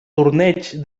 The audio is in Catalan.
torneigs